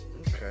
Okay